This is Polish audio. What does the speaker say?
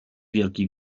wielki